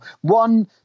One